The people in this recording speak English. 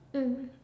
mm